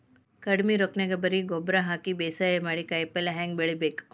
ಕಡಿಮಿ ರೊಕ್ಕನ್ಯಾಗ ಬರೇ ಗೊಬ್ಬರ ಹಾಕಿ ಬೇಸಾಯ ಮಾಡಿ, ಕಾಯಿಪಲ್ಯ ಹ್ಯಾಂಗ್ ಬೆಳಿಬೇಕ್?